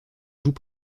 joue